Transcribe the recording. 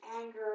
anger